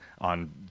on